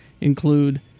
include